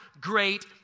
great